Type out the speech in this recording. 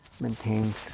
maintains